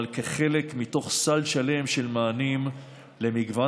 אבל כחלק מתוך סל שלם של מענים למגוון